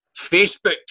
Facebook